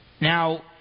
Now